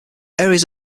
areas